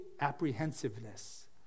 apprehensiveness